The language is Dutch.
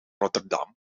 rotterdam